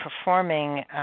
performing